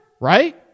Right